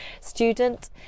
student